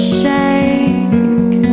shake